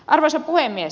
arvoisa puhemies